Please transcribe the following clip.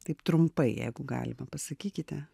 taip trumpai jeigu galima pasakykite